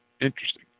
interesting